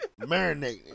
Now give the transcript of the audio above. marinate